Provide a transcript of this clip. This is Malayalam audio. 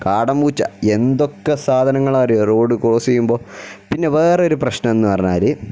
കാട്ടുപൂച്ച എന്തൊക്കെ സാധനങ്ങൾ ഒരു റോഡ് കോസ് ചെയ്യുമ്പോൾ പിന്നെ വേറൊരു പ്രശ്നമെന്ന് പറഞ്ഞാൽ